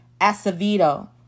Acevedo